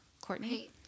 Courtney